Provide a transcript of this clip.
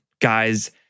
guys